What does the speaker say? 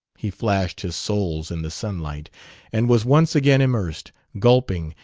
he flashed his soles in the sunlight and was once again immersed, gulping,